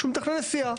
כשהוא מתכנן נסיעה.